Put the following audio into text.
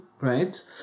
right